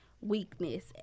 weakness